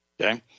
Okay